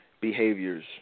behaviors